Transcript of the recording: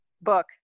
Book